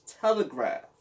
telegraph